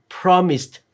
promised